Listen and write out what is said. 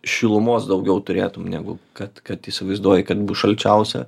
šilumos daugiau turėtum negu kad kad įsivaizduoji kad bus šalčiausia